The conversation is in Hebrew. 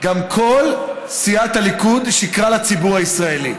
גם כל סיעת הליכוד שיקרה לציבור הישראלי.